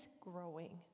growing